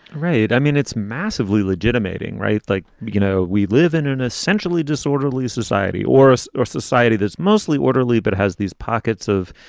right. i mean, it's massively legitimating, right? like, you know, we live in an essentially disorderly society or us, a society that's mostly orderly, but has these pockets of,